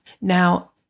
Now